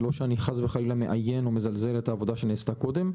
לא שאני חס וחלילה מאיין או מזלזל בעבודה שנעשתה קודם,